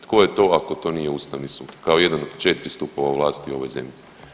Tko je to ako to nije Ustavni sud kao jedan od 4 stupova vlasti u ovoj zemlji?